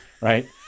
right